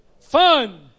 Fun